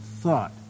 thought